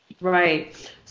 right